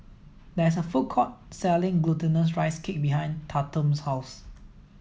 there is a food court selling glutinous rice cake behind Tatum's house